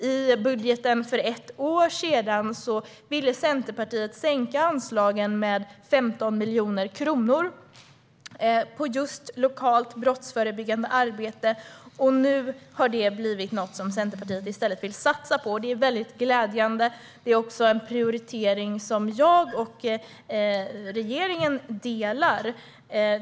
I budgeten för ett år sedan ville Centerpartiet sänka anslagen till lokalt brottsförebyggande arbete med 15 miljoner kronor, men nu har detta i stället blivit något som Centerpartiet vill satsa på. Det är glädjande, och jag och regeringen håller med om denna prioritering.